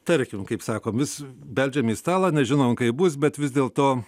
tarkim kaip sako vis beldžiam į stalą nežinom kaip bus bet vis dėlto